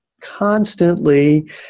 constantly